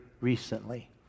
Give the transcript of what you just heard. recently